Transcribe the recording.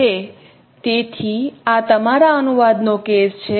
તેથી આ તમારા અનુવાદનો કેસ છે